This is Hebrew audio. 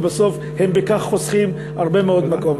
ולכן הם חוסכים הרבה מאוד מקום.